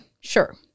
sure